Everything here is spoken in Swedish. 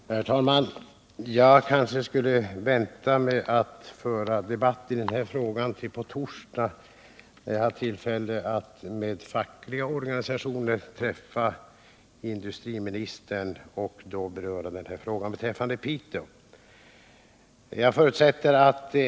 Herr talman! Jag kanske borde vänta med att föra debatt i den här frågan till på torsdag, då jag har tillfälle att tillsammans med fackliga organisationer träffa industriministern och beröra dessa problem för Piteås vidkommande.